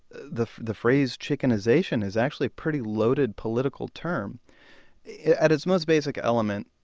the the phrase chickenization is actually a pretty loaded political term at its most basic element,